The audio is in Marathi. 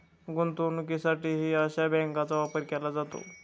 गुंतवणुकीसाठीही अशा बँकांचा वापर केला जातो